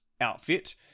outfit